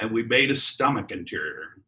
and we made a stomach interior